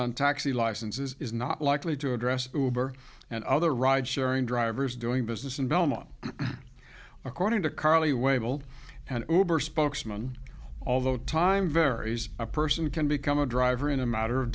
on taxi licenses is not likely to address and other ride sharing drivers doing business in belmont according to carly way will hand over spokesman although time varies a person can become a driver in a matter of